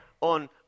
on